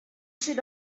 should